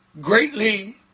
greatly